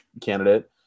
candidate